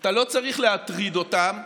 אתה לא צריך להטריד אותו במחלתו,